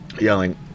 yelling